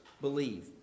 believe